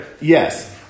Yes